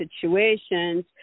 situations